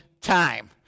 time